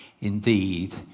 Indeed